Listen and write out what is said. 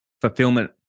fulfillment